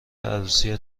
عروسی